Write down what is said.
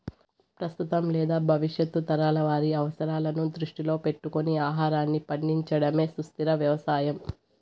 ప్రస్తుతం లేదా భవిష్యత్తు తరాల వారి అవసరాలను దృష్టిలో పెట్టుకొని ఆహారాన్ని పండించడమే సుస్థిర వ్యవసాయం